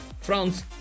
France